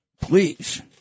Please